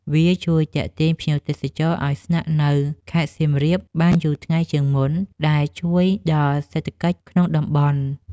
វាជួយទាក់ទាញភ្ញៀវទេសចរឱ្យស្នាក់នៅខេត្តសៀមរាបបានយូរថ្ងៃជាងមុន ដែលជួយដល់សេដ្ឋកិច្ចក្នុងតំបន់។